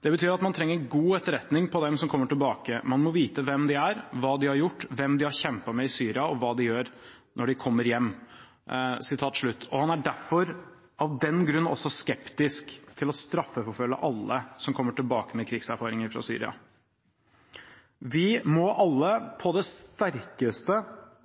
Det betyr at man trenger god etterretning på dem som kommer tilbake. Man må vite hvem de er, hva de har gjort, hvem de har kjempet med i Syria og hva de gjør når de kommer hjem.» Han er derfor av den grunn også skeptisk til å straffeforfølge alle som kommer tilbake med krigserfaringer fra Syria. Vi må alle på det sterkeste